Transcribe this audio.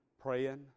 praying